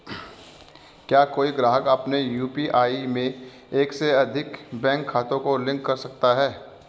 क्या कोई ग्राहक अपने यू.पी.आई में एक से अधिक बैंक खातों को लिंक कर सकता है?